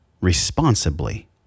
responsibly